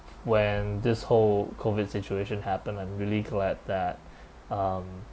when this whole COVID situation happened I'm really glad that um